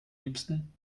liebsten